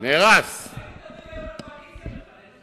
אם זה היה על הישיבות, חבל על הזמן.